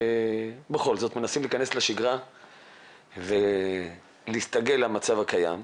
בכל זאת מנסים להיכנס לשגרה והסתגל למצב הקיים.